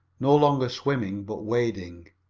no longer swimming, but wading.